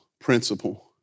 principle